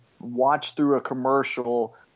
watch-through-a-commercial